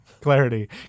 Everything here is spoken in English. clarity